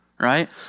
right